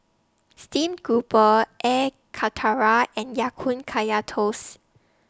Steamed Grouper Air Karthira and Ya Kun Kaya Toast